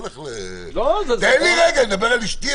--- תן לי רגע, אני מדבר על אשתי.